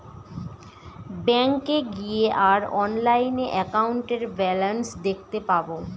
ব্যাঙ্কে গিয়ে আর অনলাইনে একাউন্টের ব্যালান্স দেখতে পাবো